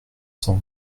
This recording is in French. cents